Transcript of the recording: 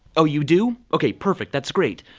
oh, you do? okay. perfect. that's great.